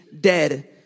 dead